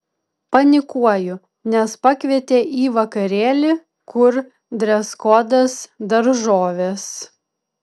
panikuoju nes pakvietė į vakarėlį kur dreskodas daržovės